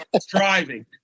striving